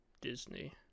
disney